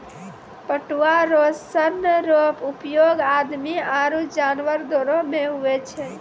पटुआ रो सन रो उपयोग आदमी आरु जानवर दोनो मे हुवै छै